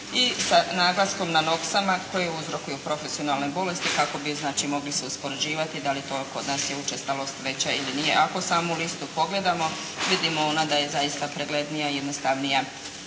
se ne razumije./… koji uzrokuju profesionalne bolesti kako bi znači mogli se uspoređivati da li je to kod nas učestalost veća ili nije. Ako samu listu pogledamo vidimo onda da je zaista preglednija i jednostavnija